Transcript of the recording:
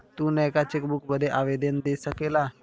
तू नयका चेकबुक बदे आवेदन दे सकेला